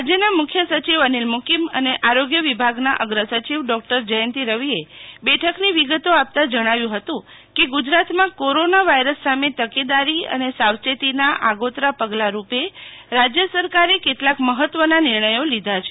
રાજ્યના મુખ્ય સચિવ અનીલ મુકીમ અને આરોગ્ય વિભાગના અગ્ર સચિવ ડોકટર જયંતિરવિએ બેઠકની વિગતો આપતા જણાવ્યું હતું કે ગુજરાતમાં કોરોના વાયરસ સામે તકેદારી અને સાવચેતીના આગોતરા પગલા રૂપે રાજ્ય સરકારે કેટલાક મહત્વના નિર્ણયો લીધા છે